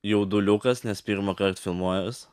jauduliukas nes pirmąkart filmuojuos